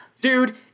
dude